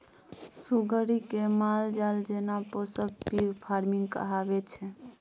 सुग्गरि केँ मालजाल जेना पोसब पिग फार्मिंग कहाबै छै